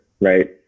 right